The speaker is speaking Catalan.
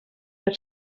per